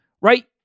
right